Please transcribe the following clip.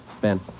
Ben